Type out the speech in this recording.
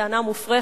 טענה מופרכת.